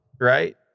right